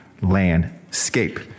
landscape